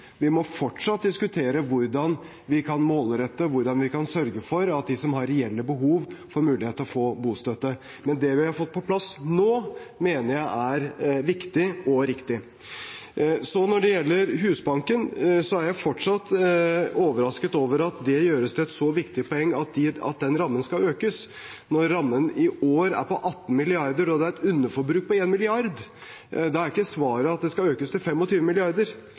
Vi må fortsatt diskutere hvordan vi kan målrette, hvordan vi kan sørge for at de som har reelle behov, får mulighet til å få bostøtte. Men det vi har fått på plass nå, mener jeg er viktig og riktig. Når det gjelder Husbanken, er jeg fortsatt overrasket over at det gjøres til et så viktig poeng at den rammen skal økes, når rammen i år er på 18 mrd. kr og det er et underforbruk på 1 mrd. kr. Da er ikke svaret at det skal økes til